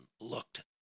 looked